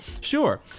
Sure